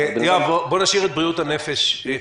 יואב, בואו נשאיר את בריאות הנפש בצד.